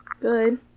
Good